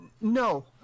no